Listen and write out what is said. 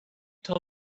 till